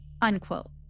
unquote